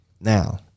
Now